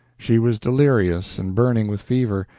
she was delirious and burning with fever,